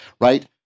right